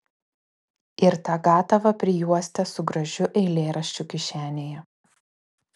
ir tą gatavą prijuostę su gražiu eilėraščiu kišenėje